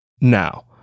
Now